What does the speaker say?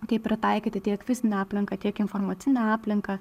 kaip pritaikyti tiek fizinę aplinką tiek informacinę aplinką